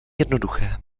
jednoduché